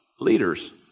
Leaders